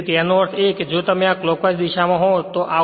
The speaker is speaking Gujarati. તેથી તેનો અર્થ છે આ જો તમે આ ક્લોક્વાઇસ દિશામાં હોવ તો